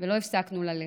ולא הפסקנו ללכת.